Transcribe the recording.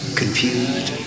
confused